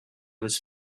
was